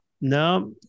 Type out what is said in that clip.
No